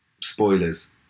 spoilers